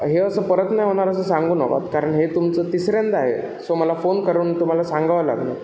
हे असं परत नाही होणार असं सांगू नका कारण हे तुमचं तिसऱ्यांदा आहे सो मला फोन करून तुम्हाला सांगावं लागलं